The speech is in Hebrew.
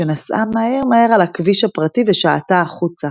שנסעה מהר מהר על הכביש הפרטי ושעטה החוצה,